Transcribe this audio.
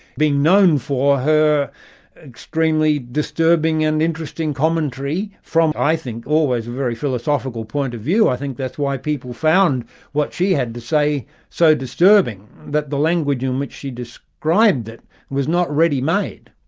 being known for her extremely disturbing and interesting commentary from i think, always a very philosophical point of view. i think that's why people found what she had to say so disturbing that the language in which she described it was not ready-made.